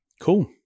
cool